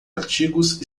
artigos